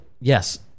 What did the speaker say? Yes